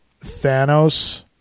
Thanos